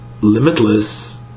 limitless